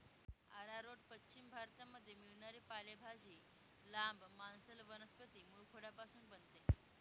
arrowroot पश्चिम भारतामध्ये मिळणारी पालेभाजी, लांब, मांसल वनस्पती मूळखोडापासून बनते